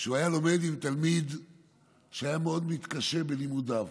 שהיה לומד עם תלמיד שהיה מאוד מתקשה בלימודיו,